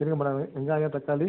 இருங்க மேடம் வெங்காயம் தக்காளி